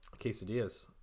quesadillas